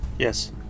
Yes